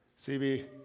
CB